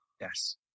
yes